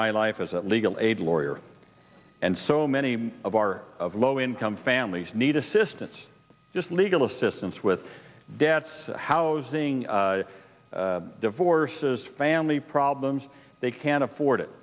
my life as a legal aid lawyer and so many of our of low income families need assistance just legal assistance with debts housing divorces family problems they can't afford it